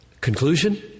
Conclusion